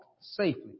safely